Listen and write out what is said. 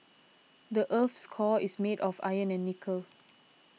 the earth's core is made of iron and nickel